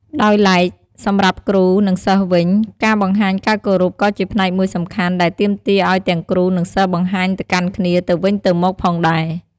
ដោយឡែក សម្រាប់គ្រូ និងសិស្សវិញ ការបង្ហាញការគោរពក៏ជាផ្នែកមួយសំខាន់ ដែលទាមទារឱ្យទាំងគ្រូ និងសិស្សបង្ហាញទៅកាន់គ្នាទៅវិញទៅមកផងដែរ។